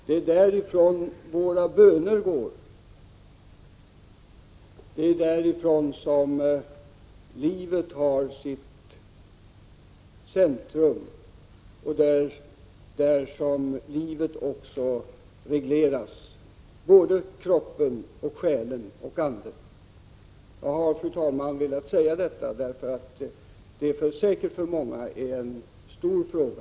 Det är därifrån våra böner går. Det är där livet har sitt centrum och där som livet regleras — kroppen, själen och anden. Jag har, fru talman, velat säga detta därför att det för många säkert är en stor fråga.